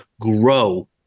grow